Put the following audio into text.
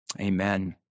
Amen